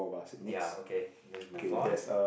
ya ok let's move on